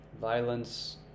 violence